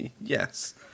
Yes